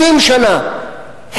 70 שנה,